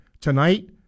Tonight